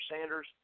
Sanders